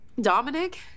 Dominic